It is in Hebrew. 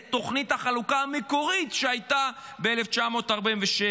תוכנית החלוקה המקורית שהייתה ב-1947.